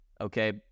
Okay